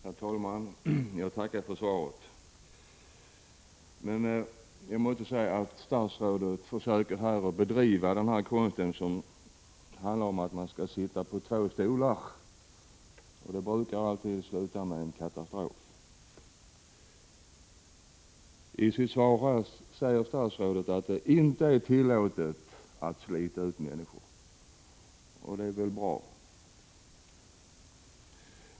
Herr talman! Jag tackar för svaret. Men jag måste säga att statsrådet försöker utöva konsten att sitta på två stolar — och det brukar alltid sluta med katastrof. I sitt svar säger statsrådet att det inte är tillåtet att slita ut människor i arbetet. Det är väl bra.